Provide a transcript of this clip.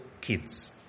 kids